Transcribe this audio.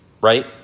right